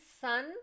sun